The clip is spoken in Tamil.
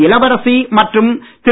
இளவரசி மற்றும் திரு